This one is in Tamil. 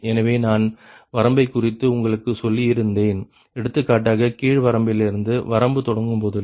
எனவே நான் வரம்பைக்குறித்து உங்களுக்கு சொல்லியிருந்தேன் எடுத்துக்காட்டாக கீழ் வரம்பிலிருந்து வரம்பு தொடங்கும்போதெல்லாம்